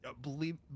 believe